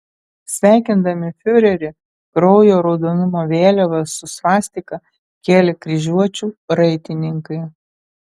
sveikindami fiurerį kraujo raudonumo vėliavas su svastika kėlė kryžiuočių raitininkai